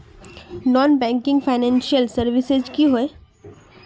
Non banking financial services की होय?